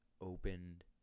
opened